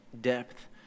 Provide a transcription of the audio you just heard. depth